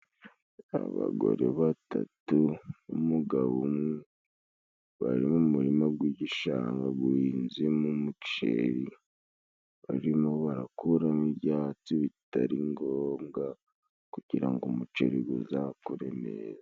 Abagore batatu n'umugabo umwe bari mu murima gw'gishanga guhinzemo umuceri, barimo barakuramo ibyatsi bitari ngombwa kugira ngo umuceri guzakure neza.